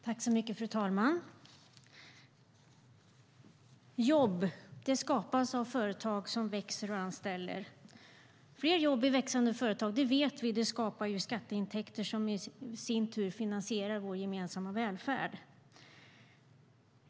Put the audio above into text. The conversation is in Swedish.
Fru talman! Jobb skapas av företag som växer och anställer. Fler jobb i växande företag vet vi skapar skatteintäkter som i sin tur finansierar vår gemensamma välfärd.